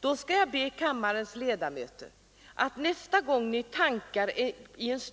Då skall jag be kammarens ledamöter att nästa gång ni